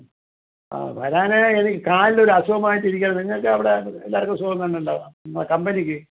ആ വരാൻ എനിക്ക് കാലിന് ഒരു അസുഖമായിട്ട് ഇരിക്കുവാണ് നിങ്ങൾക്ക് അവിടെ എല്ലാവർക്കും സുഖം തന്നെ അല്ലേ കമ്പനിക്ക്